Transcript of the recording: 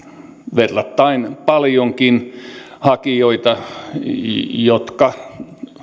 verrattain paljonkin hakijoita jotka